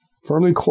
Firmly